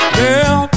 girl